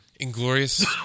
Inglorious